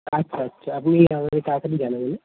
আচ্ছা আচ্ছা আপনি আমাদের তাড়াতাড়ি জানাবেন হ্যাঁ